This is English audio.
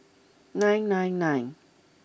nine nine nine